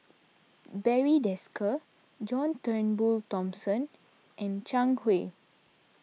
Barry Desker John Turnbull Thomson and Zhang Hui